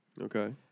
Okay